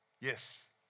Yes